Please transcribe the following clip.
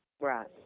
Right